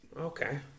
okay